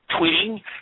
tweeting